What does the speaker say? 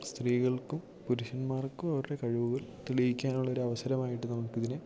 സ്ത്രീകൾക്കും പുരുഷന്മാർക്കും അവരുടെ കഴിവുകൾ തെളയിക്കാനുള്ളൊരു അവസരമായിട്ട് നമുക്കിതിനെ